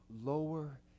lower